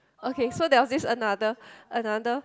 okay so there was this another another